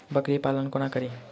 बकरी पालन कोना करि?